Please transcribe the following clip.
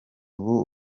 ubu